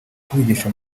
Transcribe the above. kubigisha